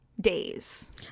days